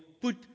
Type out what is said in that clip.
put